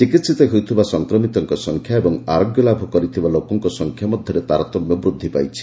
ଚିକିହିତ ହେଉଥିବା ସଂକ୍ରମିତମାନଙ୍କ ସଂଖ୍ୟା ଓ ଆରୋଗ୍ୟଲାଭ କରିଥିବା ଲୋକମାନଙ୍କ ସଂଖ୍ୟା ମଧ୍ୟରେ ତାରତମ୍ୟ ବୃଦ୍ଧି ପାଇଛି